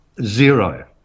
zero